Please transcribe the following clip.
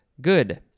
good